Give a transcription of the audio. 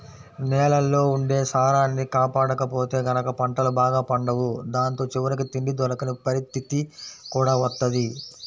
నేలల్లో ఉండే సారాన్ని కాపాడకపోతే గనక పంటలు బాగా పండవు దాంతో చివరికి తిండి దొరకని పరిత్తితి కూడా వత్తది